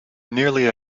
nearly